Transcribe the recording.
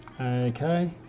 Okay